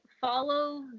follow